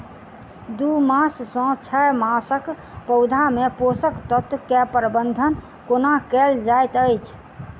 दू मास सँ छै मासक पौधा मे पोसक तत्त्व केँ प्रबंधन कोना कएल जाइत अछि?